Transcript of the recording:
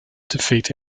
defeat